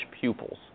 pupils